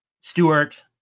Stewart